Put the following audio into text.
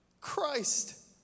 Christ